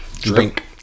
drink